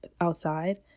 outside